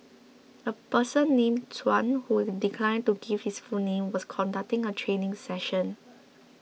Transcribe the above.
a person named Chuan who declined to give his full name was conducting a training session